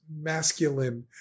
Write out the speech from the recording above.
masculine